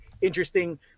interesting